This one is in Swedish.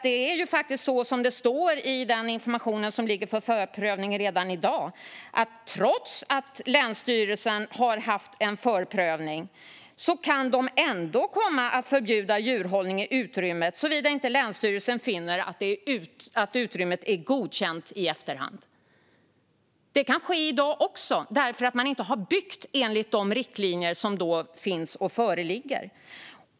Det är ju faktiskt så som det står i den information som ligger för förprövning redan i dag: Trots att länsstyrelsen har haft en förprövning kan den ändå komma att förbjuda djurhållning i utrymmet såvida inte den finner att utrymmet är godkänt i efterhand. Det kan ske även i dag därför att man inte har byggt enligt de riktlinjer som finns och föreligger.